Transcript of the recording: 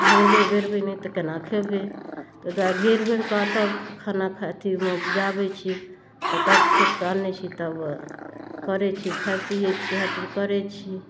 घेरबै बेरबै नहि तऽ कोना खेबै ताहि दुआरे घेर बेरकऽ तब खाना खाइ अथी उपजाबै छी तब काटि खोँटिकऽ आनै छी तब करै छी खाइ पिए छी हर चीज करै छी